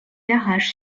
garage